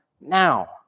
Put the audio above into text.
now